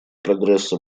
прогресса